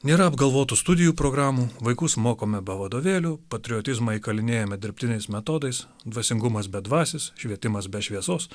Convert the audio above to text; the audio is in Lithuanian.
nėra apgalvotų studijų programų vaikus mokome be vadovėlių patriotizmą įkalinėjame dirbtiniais metodais dvasingumas bedvasis švietimas be šviesos